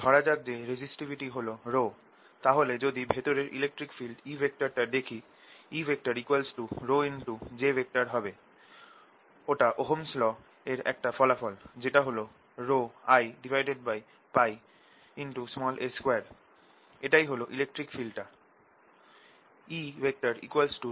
ধরা যাক যে রেজিসটিভিটি হল ρ তাহলে যদি ভেতরের ইলেকট্রিক ফিল্ড E টা দেখি Eρj হবে এটা ওহমস ল এর একটা ফলাফল যেটা হল ρIa2 এটাই হল ইলেকট্রিক ফিল্ড টা